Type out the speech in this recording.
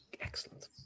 Excellent